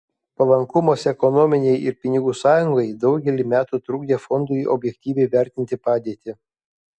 palankumas ekonominei ir pinigų sąjungai daugelį metų trukdė fondui objektyviai vertinti padėtį